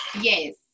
Yes